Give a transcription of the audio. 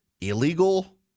illegal